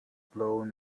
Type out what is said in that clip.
blown